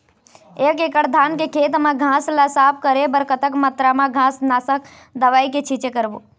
एक एकड़ धान के खेत मा घास ला साफ करे बर कतक मात्रा मा घास नासक दवई के छींचे करबो?